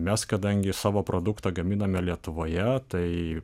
mes kadangi savo produktą gaminame lietuvoje tai